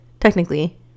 technically